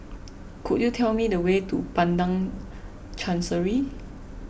could you tell me the way to Padang Chancery